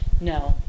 No